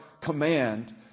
command